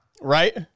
Right